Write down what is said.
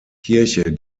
kirche